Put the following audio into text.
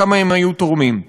כמה הם היו תורמים.